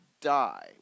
die